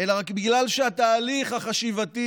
אלא רק בגלל שהתהליך החשיבתי,